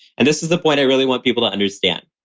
and this is the point i really want people to understand.